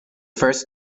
first